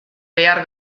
behar